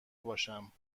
باشم